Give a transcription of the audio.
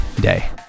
day